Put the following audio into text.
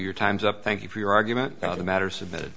your time's up thank you for your argument on the matter submitted